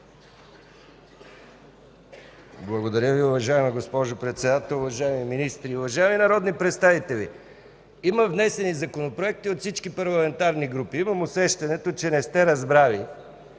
Благодаря Ви, уважаема госпожо Председател. Уважаеми министри, уважаеми народни представители, има внесени законопроекти от всички парламентарни групи. Имам усещането, че не сте разбрали